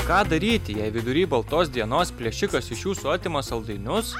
ką daryti jei vidury baltos dienos plėšikas iš jūsų atima saldainius